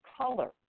color